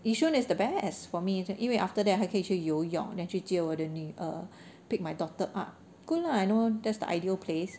yishun is the best for me it's 因为 after that 还可以去游泳 then 去接我的女儿 pick my daughter up good lah I know that's the ideal place